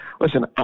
listen